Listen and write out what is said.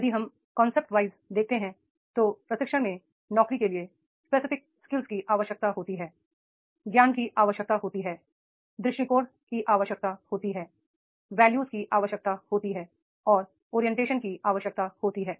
यदि हम कॉन्सेप्ट्लाइज देखते हैं तो प्रशिक्षण में नौकरी के लिए स्पेसिफिक स्किल्स की आवश्यकता होती है ज्ञान की आवश्यकता होती है दृष्टिकोण की आवश्यकता होती है वॉल्यू की आवश्यकता होती है और ओरियंटेशन की आवश्यकता होती है